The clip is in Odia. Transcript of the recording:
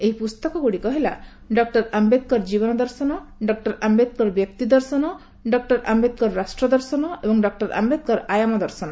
ଏହି ପୁସ୍ତକଗୁଡ଼ିକ ହେଲା ଡକ୍କର ଆମ୍ବେଦକର ଜୀବନ ଦର୍ଶନ ଡକ୍କର ଆମ୍ଘେଦକର ବ୍ୟକ୍ତି ଦର୍ଶନ ଡକ୍ର ଆମ୍ଘେଦକର ରାଷ୍ଟ୍ର ଦର୍ଶନ ଏବଂ ଡକୁର ଆମ୍ଘେଦକର ଆୟାମ ଦର୍ଶନ